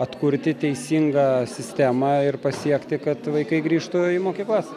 atkurti teisingą sistemą ir pasiekti kad vaikai grįžtų į mokyklas